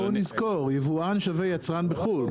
ובואו נזכור, יבואן שווה יצרן בחו"ל.